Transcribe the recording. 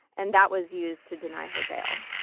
and that was used to deny her bail.